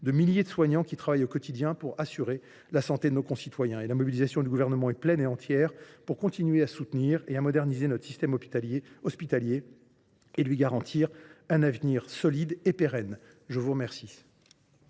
de milliers de soignants qui travaillent au quotidien pour assurer la santé de nos concitoyens. La mobilisation du Gouvernement est pleine et entière pour continuer à soutenir et moderniser notre système hospitalier, et lui garantir un avenir solide et pérenne. Nous allons